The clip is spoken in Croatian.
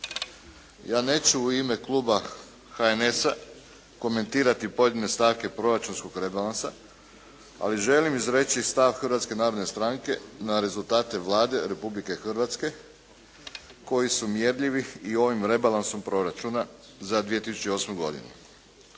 Ja neću u ime Kluba HNS-a komentirati pojedine stavke proračunskog rebalansa ali želim izreći stav Hrvatske narodne stranke na rezultate Vlade Republike Hrvatske koji su mjerljivi i ovim rebalansom proračuna za 2008. godinu.